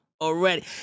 already